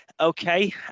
Okay